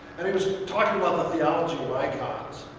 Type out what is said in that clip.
and he was talking about the theology of icons.